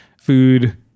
food